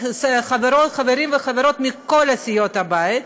חברים וחברות מכל סיעות הבית,